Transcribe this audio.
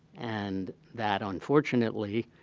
and that, unfortunately,